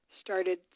started